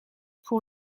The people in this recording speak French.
pour